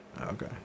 Okay